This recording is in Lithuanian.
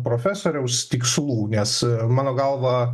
profesoriaus tikslų nes mano galva